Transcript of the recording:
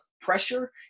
pressure